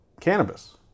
cannabis